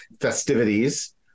festivities